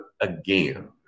again